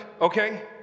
okay